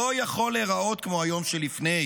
לא יכול להיראות כמו היום שלפני.